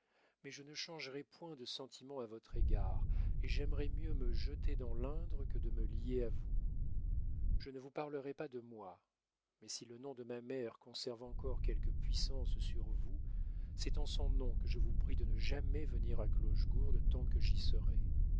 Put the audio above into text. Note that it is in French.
mais je ne changerai point de sentiments à votre égard et j'aimerais mieux me jeter dans l'indre que de me lier à vous je ne vous parlerai pas de moi mais si le nom de ma mère conserve encore quelque puissance sur vous c'est en son nom que je vous prie de ne jamais venir à clochegourde tant que j'y serai